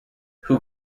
who